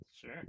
Sure